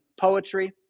poetry